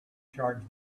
charge